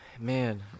Man